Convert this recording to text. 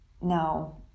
no